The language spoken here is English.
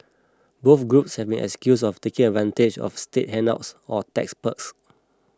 both groups have been accused of taking advantage of state handouts or tax perks